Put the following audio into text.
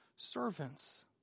servants